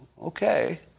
okay